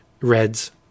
reds